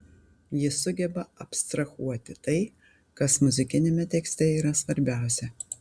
ji sugeba abstrahuoti tai kas muzikiniame tekste yra svarbiausia